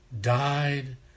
died